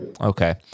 Okay